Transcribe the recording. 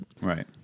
Right